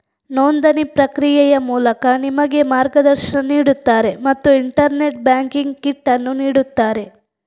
ನೋಂದಣಿ ಪ್ರಕ್ರಿಯೆಯ ಮೂಲಕ ನಿಮಗೆ ಮಾರ್ಗದರ್ಶನ ನೀಡುತ್ತಾರೆ ಮತ್ತು ಇಂಟರ್ನೆಟ್ ಬ್ಯಾಂಕಿಂಗ್ ಕಿಟ್ ಅನ್ನು ನೀಡುತ್ತಾರೆ